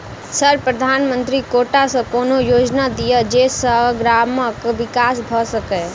Sir प्रधानमंत्री quota सऽ कोनो योजना दिय जै सऽ ग्रामक विकास भऽ सकै?